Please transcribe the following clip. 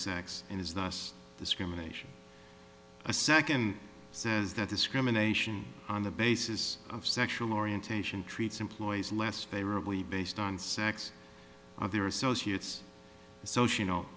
sex and is thus discrimination a second says that discrimination on the basis of sexual orientation treats employees less favorably based on sex of their associates so she